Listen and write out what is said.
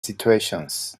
situations